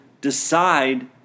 decide